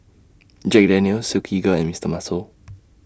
Jack Daniel's Silkygirl and Mister Muscle